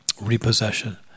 Repossession